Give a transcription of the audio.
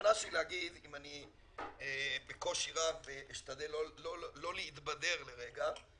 הכוונה שלי לומר, אני אשתדל לא להתבדר כרגע,